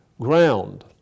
ground